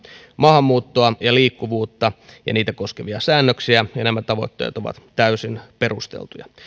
maahanmuuttoa ja liikkuvuutta ja niitä koskevia säännöksiä ja nämä tavoitteet ovat täysin perusteltuja